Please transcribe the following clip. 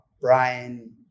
Brian